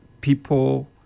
people